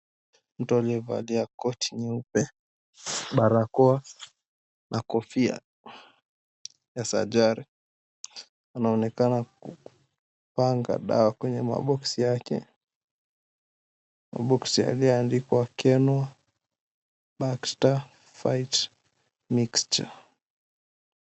Mtu aliyevalia koti nyeupe, barakoa na kofia ya sajari anaonekana kupanga dawa kwenye maboxi yake, maboxi yaliyoandikwa, Kenoch Bakta Fight Mixture.